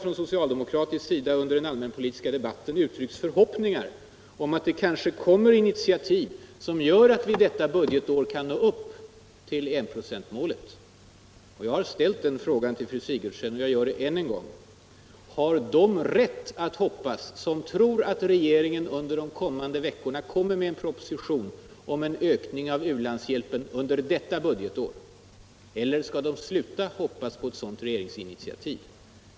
Från socialdemokratisk sida har det här under den allmänpolitiska debatten uttryckts förhoppningar om att det kanske kommer initiativ som gör att vi detta budgetår kan nå upp till enprocentsmålet. Jag har ställt frågan till fru Sigurdsen, och jag gör det än en gång: har de rätt att hoppas som tror att regeringen under de kommande veckorna skall lägga fram en proposition om en ökning av u-landshjälpen under detta budgetår? Eller skall de sluta hoppas på ett sådant regeringsinitiativ?